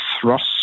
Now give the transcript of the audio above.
thrust